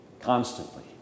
constantly